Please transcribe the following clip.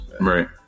Right